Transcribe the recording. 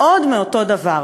עוד מאותו דבר.